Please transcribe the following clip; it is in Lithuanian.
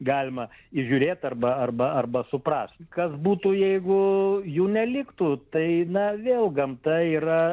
galima įžiūrėt arba arba arba suprast kas būtų jeigu jų neliktų tai eina vėl gamta yra